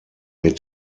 mit